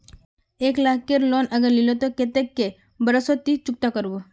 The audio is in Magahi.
एक लाख केर लोन अगर लिलो ते कतेक कै बरश सोत ती चुकता करबो?